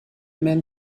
men